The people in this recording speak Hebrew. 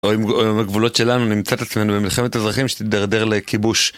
או עם הגבולות שלנו, נמצא את עצמנו במלחמת אזרחים, שתתדרדר לכיבוש.